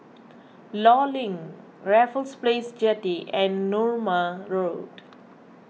Law Link Raffles Place Jetty and Narooma Road